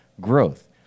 growth